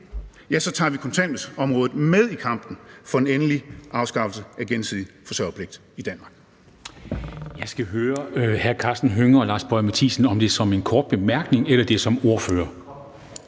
ja, så tager vi kontanthjælpsområdet med i kampen for en endelig afskaffelse af gensidig forsørgerpligt i Danmark.